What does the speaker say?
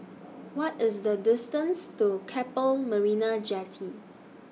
What IS The distance to Keppel Marina Jetty